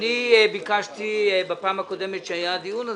ביקשתי בפעם הקודמת כשהיה הדיון הזה,